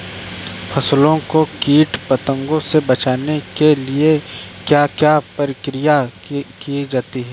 फसलों को कीट पतंगों से बचाने के लिए क्या क्या प्रकिर्या की जाती है?